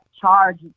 charge